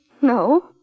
No